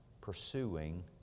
pursuing